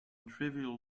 trivial